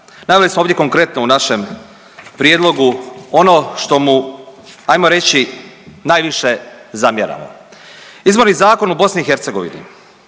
Naveli smo ovdje konkretno u našem prijedlogu ono što mu ajmo reći najviše zamjeramo. Izborni zakon u BiH